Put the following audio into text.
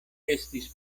estis